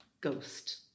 ghost